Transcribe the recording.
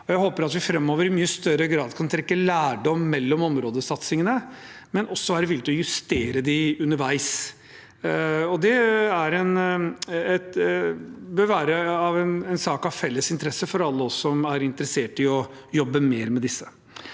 jeg håper at vi framover i mye større grad kan trekke lærdom mellom områdesatsingene, men også være villige til å justere dem underveis. Det bør være en sak av felles interesse for alle oss som er interessert i å jobbe mer med disse.